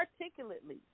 articulately